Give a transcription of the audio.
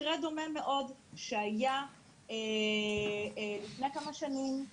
מקרה דומה מאוד שהיה לפני כמה שנים,